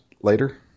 later